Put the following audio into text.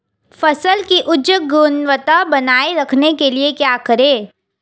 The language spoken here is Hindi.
फसल की उच्च गुणवत्ता बनाए रखने के लिए क्या करें?